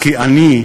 כי אני,